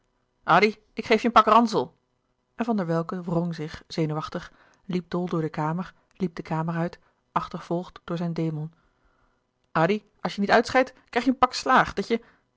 ik geef je een pak ransel en van der welcke wrong zich zenuwachtig liep dol door de kamer liep de kamer uit achtervolgd door zijn demon addy als je niet uitscheidt krijg je een pak slaag dat je